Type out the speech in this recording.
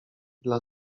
dla